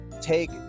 take